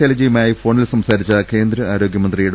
ശൈലജയുമായി ഫോണിൽ സംസാരിച്ച കേന്ദ്ര ആരോഗൃമന്ത്രി ഡോ